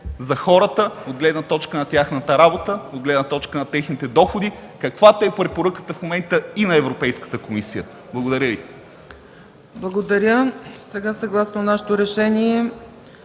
за хората от гледна точка на тяхната работа, от гледна точка на техните доходи, каквато е препоръката в момента и на Европейската комисия. Благодаря Ви. ПРЕДСЕДАТЕЛ ЦЕЦКА ЦАЧЕВА: Благодаря. Сега съгласно нашето решение